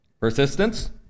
Persistence